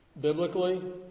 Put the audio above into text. biblically